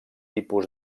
tipus